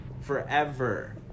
forever